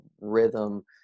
rhythm